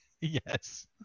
Yes